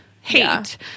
hate